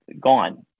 gone